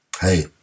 Hey